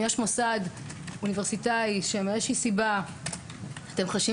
אם יש מוסד אוניברסיטאי שמסיבה כלשהי אתם חשים